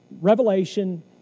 Revelation